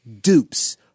dupes